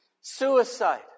Suicide